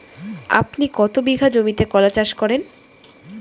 আপনি কত বিঘা জমিতে কলা চাষ করেন?